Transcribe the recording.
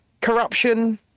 corruption